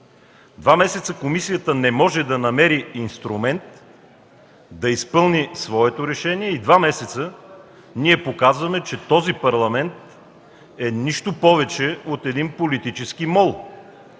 Два месеца комисията не може да намери инструмент да изпълни своето решение и два месеца ние показваме, че този парламент е нищо повече от един политически МОЛ.